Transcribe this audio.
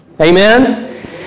Amen